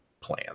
plan